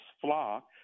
flock